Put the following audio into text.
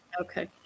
Okay